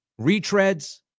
Retreads